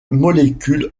molécules